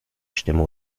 stimme